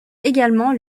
également